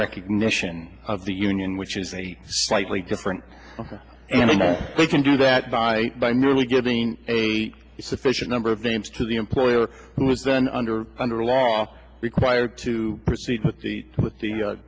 recognition of the union which is a slightly different they can do that by by merely giving a sufficient number of names to the employer who was then under under a law required to proceed with the with the